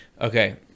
okay